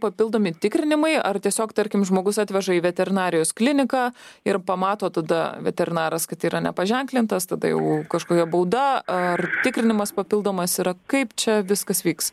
papildomi tikrinimai ar tiesiog tarkim žmogus atveža į veterinarijos kliniką ir pamato tada veterinaras kad yra nepaženklintas tada jau kažkokia bauda ar tikrinimas papildomas yra kaip čia viskas vyks